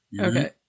Okay